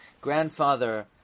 grandfather